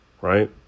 right